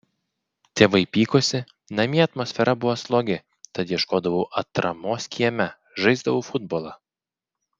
tėvai pykosi namie atmosfera buvo slogi tad ieškodavau atramos kieme žaisdavau futbolą